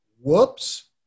Whoops